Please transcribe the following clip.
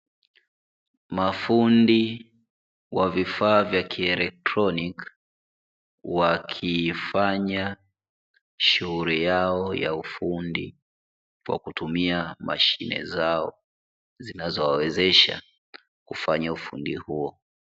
Mafundi wa vifaa vya kielektroniki wakifanya shughuli yao ya ufundi kwa kutumia mashine zao zinazowawezesha kufanya ufundi huo.